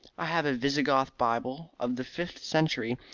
i have a visigoth bible of the fifth century,